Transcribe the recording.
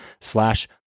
slash